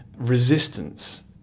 resistance